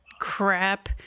crap